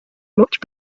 much